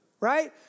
right